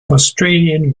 australian